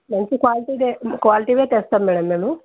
మంచి క్వాలిటీదే క్వాలిటీవే తెస్తాం మేడం మేము